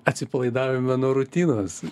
atsipalaidavimą nuo rutinos